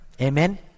Amen